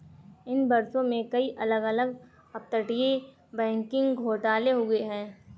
इन वर्षों में, कई अलग अलग अपतटीय बैंकिंग घोटाले हुए हैं